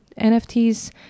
NFTs